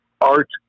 art